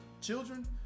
children